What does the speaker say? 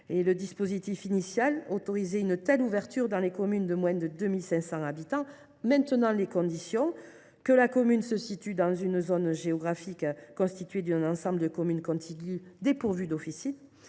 Le dispositif initial autorisait une telle ouverture dans les communes de moins de 2 500 habitants à deux conditions : que la commune se situe dans une zone géographique constituée d’un ensemble de communes contiguës dépourvues d’officine